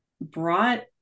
brought